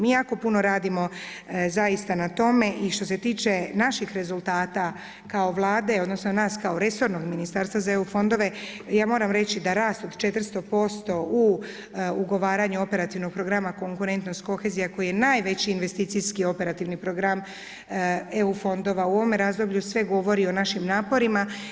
Mi jako puno radimo zaista na tome i što se tiče naših rezultata kao Vlade odnosno nas kao resornog Ministarstva za EU fondove ja moram reći da rast o 400% u ugovaranju operativnog programa konkurentnost i kohezija koji je najveći investicijski operativni program EU fondova u ovome razdoblju sve govori o našim naporima.